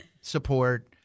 support